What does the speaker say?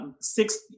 six